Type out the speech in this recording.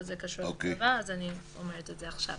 זה קשור לצבא, אז אני אומרת את זה עכשיו.